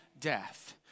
death